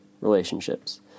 relationships